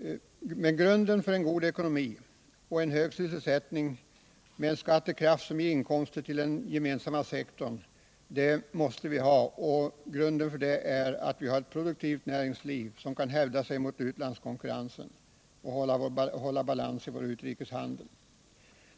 Men vad är grunden för en god ekonomi, en hög sysselsättning och en skattekraft som ger inkomster till den gemensamma sektorn? Jo, att vi har ett produktivt näringsliv som kan hävda sig mot utlandskonkurrensen och hålla balans i vår utrikeshandel.